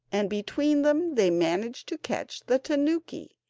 and between them they managed to catch the tanuki,